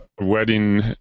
Wedding